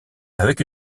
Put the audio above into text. avec